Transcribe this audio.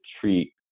treat